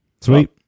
sweet